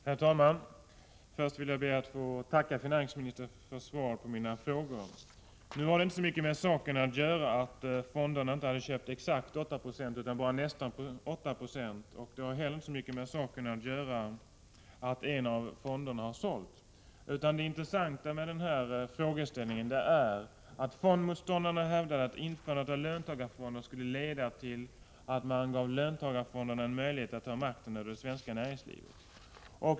Herr talman! Först ber jag att få tacka finansministern för svaret på min fråga. Det har inte så mycket med saken ått göra att inte någon av fonderna har köpt exakt 8 Io av aktierna i företaget utan bara nästan 8 96. Det har inte heller så mycket med saken att göra att en av fonderna har sålt sina aktier i företaget. Det intressanta med frågeställningen är att fondmotståndarna hävdar att införandet av löntagarfonder skulle leda till att man gav löntagarfonderna en möjlighet att ta makten över det svenska näringslivet.